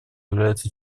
является